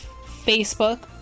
Facebook